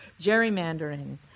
gerrymandering